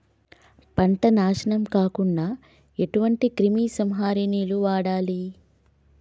పంట నాశనం కాకుండా ఎటువంటి క్రిమి సంహారిణిలు వాడాలి?